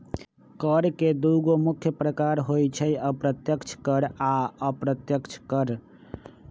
कर के दुगो मुख्य प्रकार होइ छै अप्रत्यक्ष कर आ अप्रत्यक्ष कर